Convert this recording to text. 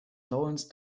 lawrence